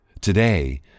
Today